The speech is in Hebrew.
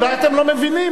אולי אתם לא מבינים,